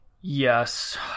Yes